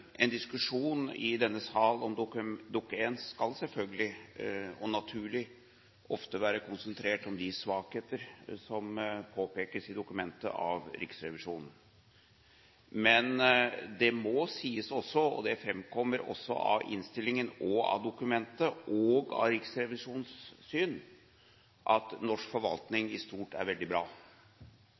naturlig – ofte være konsentrert om de svakheter som påpekes i dokumentet fra Riksrevisjonen. Men det må også sies – det framkommer også av innstillingen, av dokumentet og av Riksrevisjonens syn – at norsk forvaltning i stort er veldig bra.